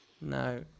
No